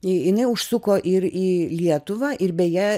jinai užsuko ir į lietuvą ir beje